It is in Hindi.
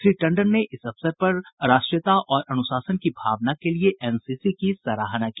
श्री टंडन ने इस अवसर पर राष्ट्रीयता और अनुशासन की भावना के लिये एनसीसी की सराहना की